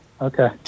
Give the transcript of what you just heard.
Okay